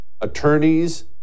Attorneys